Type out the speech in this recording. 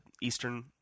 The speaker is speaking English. eastern